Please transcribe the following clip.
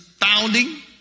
founding